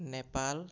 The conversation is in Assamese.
নেপাল